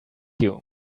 you